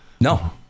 no